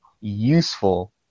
useful